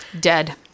dead